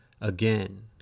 Again